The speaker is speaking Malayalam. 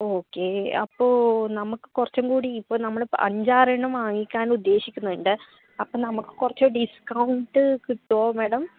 ഓക്കെ അപ്പോൾ നമുക്ക് കുറച്ചും കൂടി ഇപ്പോൾ നമ്മൾ അഞ്ചാറെണ്ണം വാങ്ങിക്കാനാണ് ഉദ്ദേശിക്കുന്നുണ്ട് അപ്പോൾ നമുക്ക് കുറച്ച് ഡിസ്കൗണ്ട് കിട്ടുമോ മാഡം